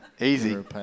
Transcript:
easy